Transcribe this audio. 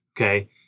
Okay